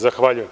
Zahvaljujem.